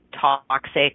toxic